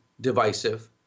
divisive